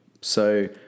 So-